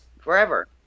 forever